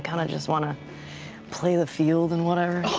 kind of just want to play the field and whatever.